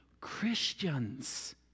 Christians